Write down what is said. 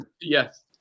Yes